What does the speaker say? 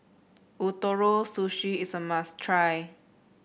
Ootoro Sushi is a must try